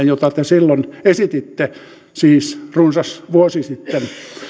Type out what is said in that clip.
jota te silloin siis runsas vuosi sitten